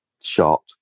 shot